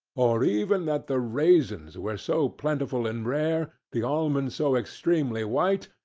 or even that the raisins were so plentiful and rare, the almonds so extremely white,